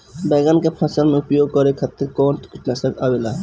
बैंगन के फसल में उपयोग करे खातिर कउन कीटनाशक आवेला?